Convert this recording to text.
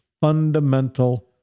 fundamental